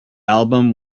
album